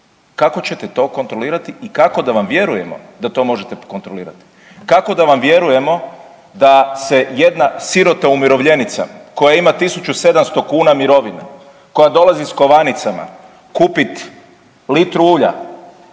kako ćete to kontrolirati i kako da vam vjerujemo da to možete kontrolirati? Kako da vam vjerujemo da se jedna sirota umirovljenica koja ima 1.700 kuna mirovine, koja dolazi s kovanicama kupit litru ulja,